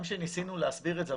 גם כשניסינו להסביר את זה,